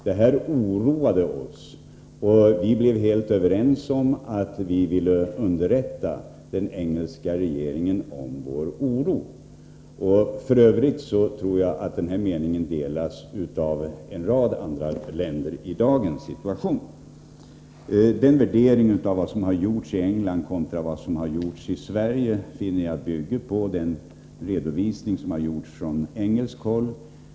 Detta oroade oss, och vi blev helt överens om att vi ville underrätta den engelska regeringen om vår oro. F. ö. tror jag att denna uppfattning i dagens situation delas av en rad andra länder. Värderingen av vad som har gjorts i England kontra vad som har gjorts i Sverige finner jag bygger på den redovisning som skett från engelskt håll.